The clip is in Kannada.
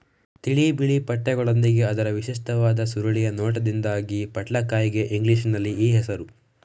ತಿಳಿ ಬಿಳಿ ಪಟ್ಟೆಗಳೊಂದಿಗೆ ಅದರ ವಿಶಿಷ್ಟವಾದ ಸುರುಳಿಯ ನೋಟದಿಂದಾಗಿ ಪಟ್ಲಕಾಯಿಗೆ ಇಂಗ್ಲಿಷಿನಲ್ಲಿ ಈ ಹೆಸರು